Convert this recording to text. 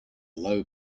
low